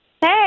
Hey